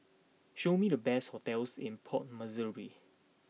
show me the best hotels in Port Moresby